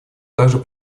также